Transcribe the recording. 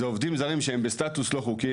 אלה עובדים זרים שהם בסטטוס לא חוקי,